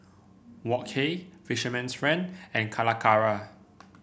Wok Hey Fisherman's Friend and Calacara